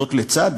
לצד,